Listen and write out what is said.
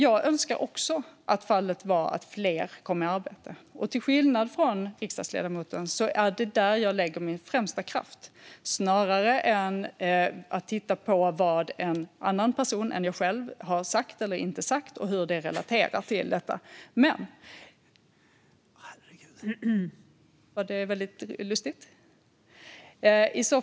Jag önskar också att fallet var att fler kom i arbete. Till skillnad från riksdagsledamoten lägger jag min främsta kraft där snarare än att titta på vad en annan person än jag själv har sagt eller inte sagt och hur det relaterar till detta. : Herregud!) Var det väldigt lustigt?